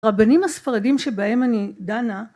רבנים הספרדים שבהם אני דנה